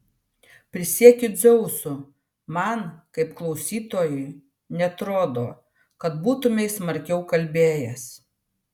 prisiekiu dzeusu man kaip klausytojui neatrodo kad būtumei smarkiau kalbėjęs